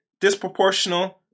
disproportional